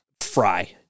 fry